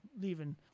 leaving